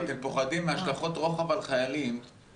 ואתם פוחדים מהשלכות רוחב על חיילים,